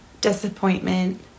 disappointment